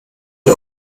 ihr